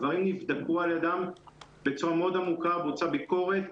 הדברים נבדקו על ידם בצורה מאוד עמוקה ובוצעה ביקורת.